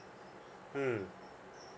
mm